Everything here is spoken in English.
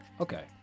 Okay